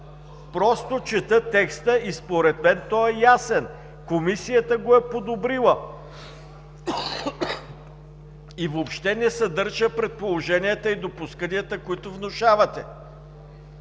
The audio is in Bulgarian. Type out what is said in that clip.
Чета текста и според мен той е ясен! Комисията го е подобрила и въобще не съдържа предположенията и допусканията, които внушавате.